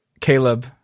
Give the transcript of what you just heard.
Caleb